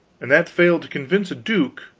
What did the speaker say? and that failed to convince a duke,